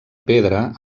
pedra